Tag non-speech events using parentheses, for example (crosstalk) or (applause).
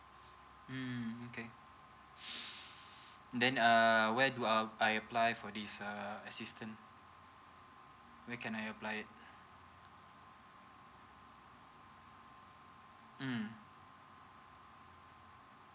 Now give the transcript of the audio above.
mm okay (breath) then uh where do um I apply for this uh assistant where can I apply it mm